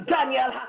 Daniel